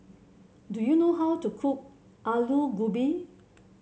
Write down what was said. do you know how to cook Alu Gobi